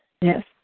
Yes